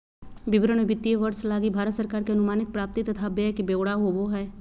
विवरण मे वित्तीय वर्ष लगी भारत सरकार के अनुमानित प्राप्ति तथा व्यय के ब्यौरा होवो हय